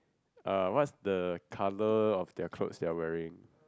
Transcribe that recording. uh what's the colour of their clothes they are wearing